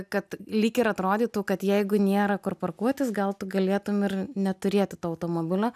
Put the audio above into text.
kad lyg ir atrodytų kad jeigu nėra kur parkuotis gal tu galėtum ir neturėti to automobilio